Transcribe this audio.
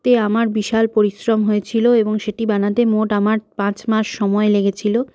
তে আমার বিশাল পরিশ্রম হয়েছিল এবং সেটি বানাতে মোট আমার পাঁচ মাস সময় লেগেছিল